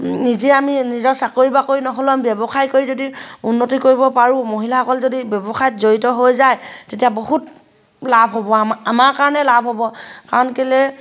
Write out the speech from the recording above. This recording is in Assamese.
নিজে আমি নিজৰ চাকৰি বাকৰি নহ'লেও ব্যৱসায় কৰি যদি উন্নতি কৰিব পাৰোঁ মহিলাসকল যদি ব্যৱসায়ত জড়িত হৈ যায় তেতিয়া বহুত লাভ হ'ব আমাৰ আমাৰ কাৰণে লাভ হ'ব কাৰণ কেলৈ